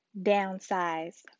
downsize